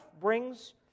brings